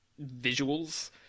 visuals